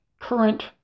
current